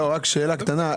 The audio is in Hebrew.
לא, רק שאלה קטנה.